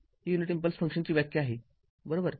ही unit impulse फंक्शनची व्याख्या आहे बरोबर